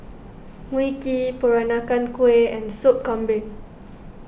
Mui Kee Peranakan Kueh and Sop Kambing